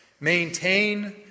Maintain